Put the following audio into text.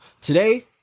Today